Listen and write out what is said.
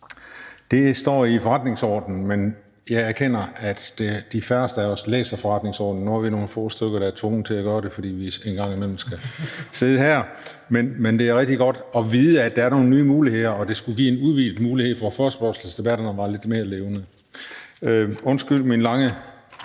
Det står i forretningsordenen, men jeg erkender, at de færreste af os læser forretningsordenen. Nu er vi nogle få, der er tvunget til at gøre det, fordi vi engang imellem skal sidde her. Men det er rigtig godt at vide, at der er nogle nye muligheder, og det skulle give en udvidet mulighed for, at forespørgselsdebatterne bliver lidt mere levende. Undskyld min lange